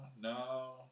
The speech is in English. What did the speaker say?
No